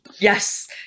Yes